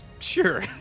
Sure